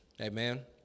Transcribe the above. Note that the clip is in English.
Amen